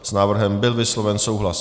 S návrhem byl vysloven souhlas.